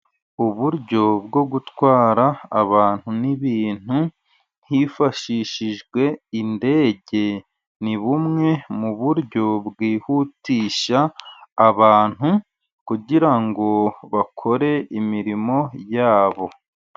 Uburyo bwo gutwara abantu n'ibintu hifashishijwe indege. Ni bumwe mu buryo bwihutisha abantu kugira bakore imirimo yabo.